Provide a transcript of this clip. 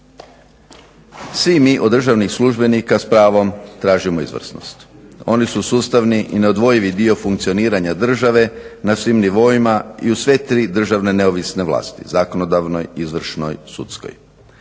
Svi mi od državnih službenika s pravom tražimo izvrsnost. Oni su sustavni i neodvojivi dio funkcioniranja države na svim nivoima i u sve tri državne neovisne vlasti, zakonodavnoj, izvršnoj, sudskoj.